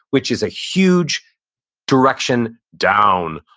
which is a huge direction down,